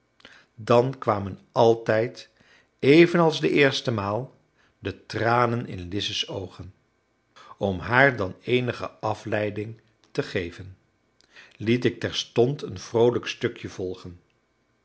dan kwamen altijd evenals de eerste maal de tranen in lize's oogen om haar dan eenige afleiding te geven liet ik terstond een vroolijk stukje volgen